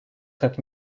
как